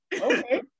Okay